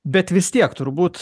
bet vis tiek turbūt